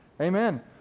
Amen